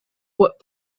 what